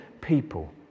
people